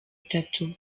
itatu